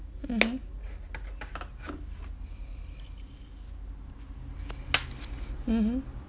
mmhmm mmhmm